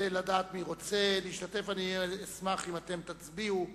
כדי לדעת מי רוצה להשתתף, אשמח אם תצביעו,